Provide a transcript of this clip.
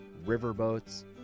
riverboats